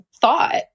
thought